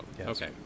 Okay